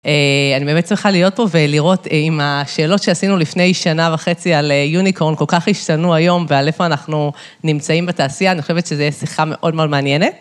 אני באמת צריכה להיות פה ולראות אם השאלות שעשינו לפני שנה וחצי על יוניקורן כל כך השתנו היום ועל איפה אנחנו נמצאים בתעשייה, אני חושבת שזה יהיה שיחה מאוד מאוד מעניינת.